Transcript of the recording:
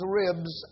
ribs